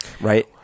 right